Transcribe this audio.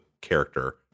character